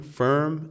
firm